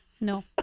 No